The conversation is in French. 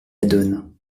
adonne